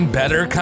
better